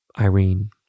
Irene